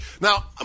Now